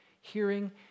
hearing